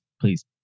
please